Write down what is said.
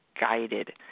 guided